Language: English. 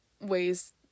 ways